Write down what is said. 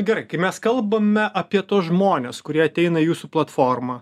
gerai kai mes kalbame apie tuos žmones kurie ateina į jūsų platformą